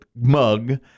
mug